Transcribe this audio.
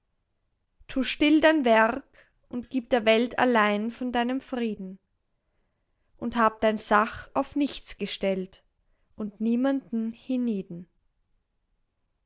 tu still dein werk und gib der welt allein von deinem frieden und hab dein sach auf nichts gestellt und niemanden